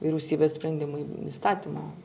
vyriausybės sprendimai įstatymo